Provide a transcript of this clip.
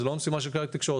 זו לא המשימה של כלי התקשורת.